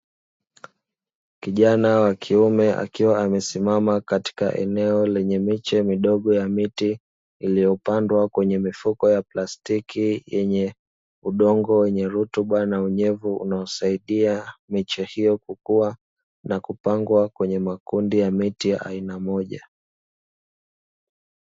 Kijana wa kiume akiwa amesimama katika eneo lenye miche midogo ya miti, iliyopandwa kwenye mifuko ya plastiki yenye udongo wenye rutuba na unyevu unaosaidia miche hiyo kukua, na kupangwa kwenye makundi ya miti ya aina moja.